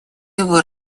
его